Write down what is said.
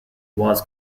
was